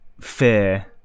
fear